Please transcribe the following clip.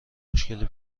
مشکلی